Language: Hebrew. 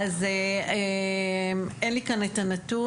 אז אין לי כאן את הנתון.